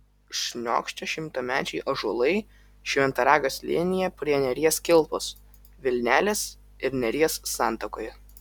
šniokščia šimtamečiai ąžuolai šventaragio slėnyje prie neries kilpos vilnelės ir neries santakoje